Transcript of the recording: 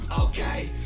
okay